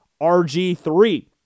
RG3